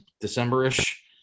December-ish